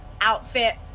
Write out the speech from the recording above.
outfit